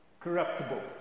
corruptible